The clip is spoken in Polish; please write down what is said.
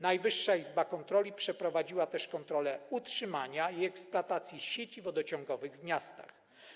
Najwyższa Izba Kontroli przeprowadziła też kontrolę utrzymania i eksploatacji sieci wodociągowych w miastach.